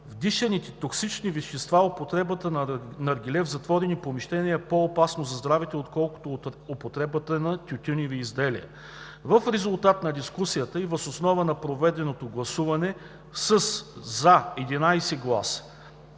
вдишваните токсични вещества употребата на наргиле в затворени помещения е по-опасно за здравето, отколкото употребата на тютюневи изделия. В резултат на дискусията и въз основа на проведеното гласуване с 11 гласа